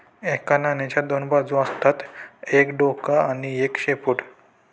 एका नाण्याच्या दोन बाजू असतात एक डोक आणि एक शेपूट